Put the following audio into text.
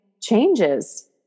changes